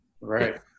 right